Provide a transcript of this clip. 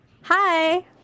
hi